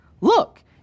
Look